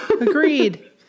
agreed